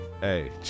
hey